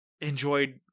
enjoyed